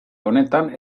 honetan